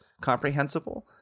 comprehensible